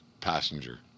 Passenger